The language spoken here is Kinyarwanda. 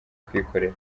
kwikorera